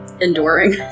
enduring